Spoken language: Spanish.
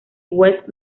west